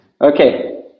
Okay